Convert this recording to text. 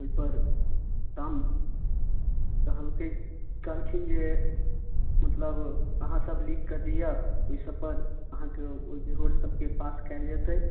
ओहिपर सांद कहलकै कहलखिन जे मतलब अहाँ सब लिखकऽ दिअ ओहि सब पर अहाँकेँ जे रोड सबके पास कएल जयतै